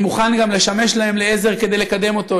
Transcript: אני מוכן גם לשמש להם לעזר כדי לקדם אותו.